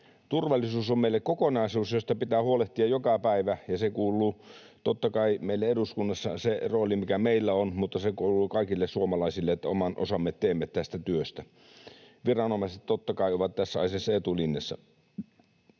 Turvallisuus on meille kokonaisuus, josta pitää huolehtia joka päivä, ja totta kai meille eduskunnassa kuuluu se rooli, mikä meillä on, mutta se kuuluu kaikille suomalaisille, että oman osamme teemme tästä työstä. Viranomaiset totta kai ovat tässä asiassa etulinjassa.